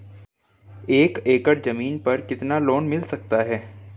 एक एकड़ जमीन पर कितना लोन मिल सकता है?